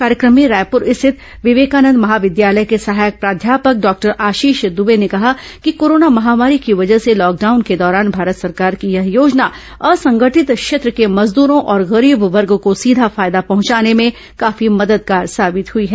कार्यक्रम में रायपुर स्थित विवेकानंद महाविद्यालय के सहायक प्राध्यापक डॉक्टर आशीष दुबे ने कहा कि कोरोना महामारी की वजंह से लॉकडाउन के दौरान भारत सरकार की यह योजना असंगठित क्षेत्र के मजद्रों और गरीब वर्ग को सीधा फायदा पहुंचाने में काफी मददगार साबित हुई है